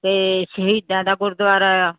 ਅਤੇ ਸ਼ਹੀਦਾਂ ਦਾ ਗੁਰਦੁਆਰਾ ਆ